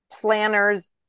planners